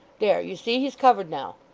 there, you see he's covered now.